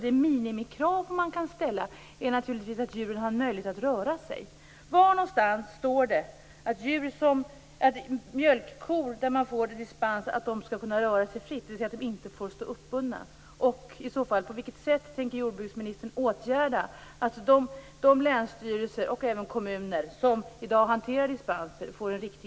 Ett minimikrav som man kan ställa är naturligtvis att djuren skall ha en möjlighet att röra sig.